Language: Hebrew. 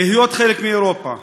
להיות חלק מאירופה.